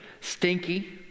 Stinky